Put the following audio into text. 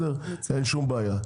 אין שום בעיה.